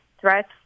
threats